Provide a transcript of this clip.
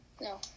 No